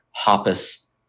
Hoppus